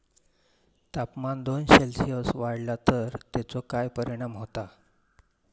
तापमान दोन सेल्सिअस वाढला तर तेचो काय परिणाम होता?